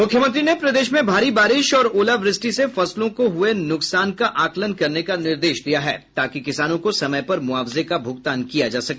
मुख्यमंत्री ने प्रदेश में भारी बारिश और ओलावृष्टि से फसलों को हुये नुकसान का आकलन करने का निर्देश दिया है ताकि किसानों को समय पर मुआवजे का भूगतान किया जा सके